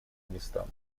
местам